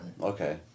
Okay